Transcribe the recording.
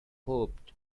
hoped